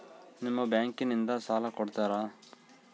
ನಿಮ್ಮ ಬ್ಯಾಂಕಿನಿಂದ ಸಾಲ ಕೊಡ್ತೇರಾ?